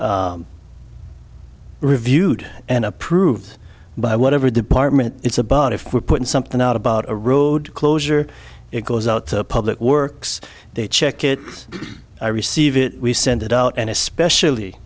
reviewed and approved by whatever department it's about if we put something out about a road closure it goes out to the public works they check it i receive it we send it out and especially